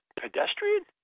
pedestrian